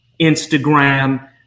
Instagram